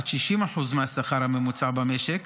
עד 60% מהשכר הממוצע במשק,